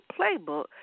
Playbook